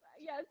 Yes